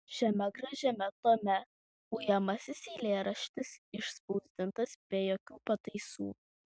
šiame gražiame tome ujamasis eilėraštis išspausdintas be jokių pataisų